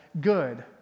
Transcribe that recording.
good